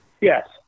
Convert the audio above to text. Yes